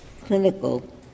clinical